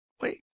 Wait